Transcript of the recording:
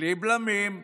בלי בלמים.